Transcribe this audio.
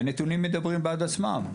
והם מדברים בעד עצמם.